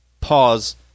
pause